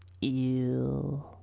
Ew